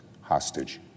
hostage